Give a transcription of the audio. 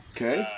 Okay